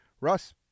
Russ